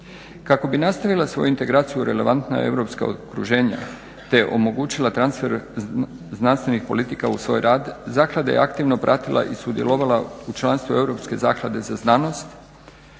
Kako bi nastavila svoj integraciju u relevantna europska okruženja, te omogućila transfer znanstvenih politika u svoj rad zaklada je aktivno pratila i sudjelovala u članstvu Europske zaklade za znanost,